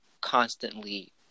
constantly